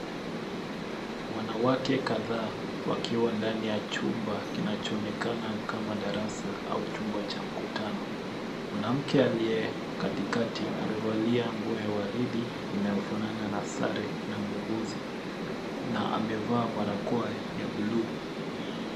Wanawake kadhaa, wakiwa ndani ya chumba kinachoonekana kama darasa au chumba cha mkutano. Kuna mke aliye katikati. Amevalia nguo ya waridi inayofanana na sare ya muuguzi na amevaa barakoa ya buluu.